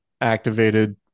activated